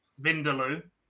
Vindaloo